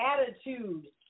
attitude